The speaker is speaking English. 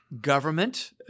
Government